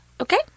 Okay